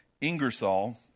Ingersoll